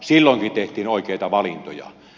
silloinkin tehtiin oikeita valintoja